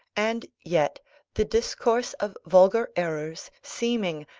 and yet the discourse of vulgar errors, seeming,